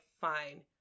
fine